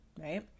right